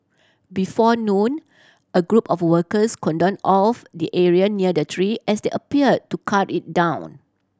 before noon a group of workers cordoned off the area near the tree as they appear to cut it down